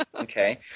Okay